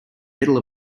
middle